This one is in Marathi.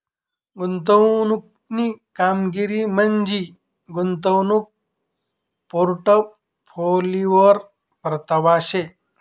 गुंतवणूकनी कामगिरी म्हंजी गुंतवणूक पोर्टफोलिओवरी परतावा शे